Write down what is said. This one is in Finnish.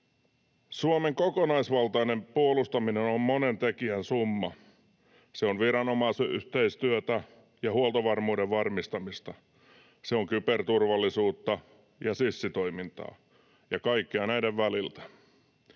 Suomen kokonaisvaltainen puolustaminen on monen tekijän summa. Se on viranomaisyhteistyötä ja huoltovarmuuden varmistamista. Se on kyberturvallisuutta ja sissitoimintaa ja kaikkea näiden väliltä.